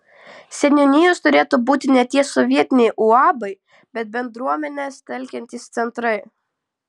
seniūnijos turėtų būti ne tie sovietiniai uabai bet bendruomenes telkiantys centrai